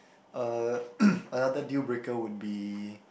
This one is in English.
uh another deal breaker would be